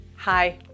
Hi